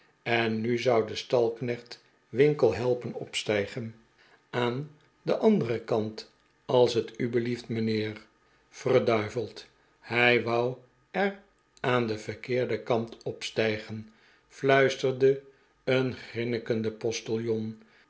en nu zou de stalknecht winkle helpen opstijgen aan den anderen kant als t u belief t mijnheer verduiveld hij wou er aan den verkeerden kant opstijgen fluisterde een